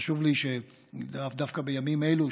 חשוב לי שדווקא בימים אלו,